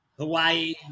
Hawaii